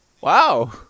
Wow